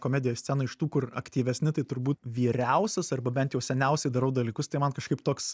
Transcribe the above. komedijoj scenoj iš tų kur aktyvesni tai turbūt vyriausias arba bent jau seniausiai darau dalykus tai man kažkaip toks